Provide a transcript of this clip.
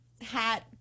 Hat